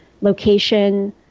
location